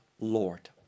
lord